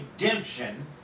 redemption